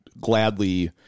gladly